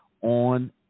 on